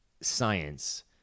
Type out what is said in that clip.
science